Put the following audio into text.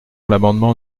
l’amendement